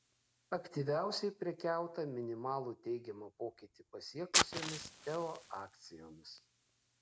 aktyviausiai prekiauta minimalų teigiamą pokytį pasiekusiomis teo akcijomis